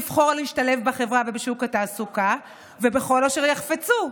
לבחור להשתלב בחברה ובשוק התעסוקה ובכל אשר יחפצו,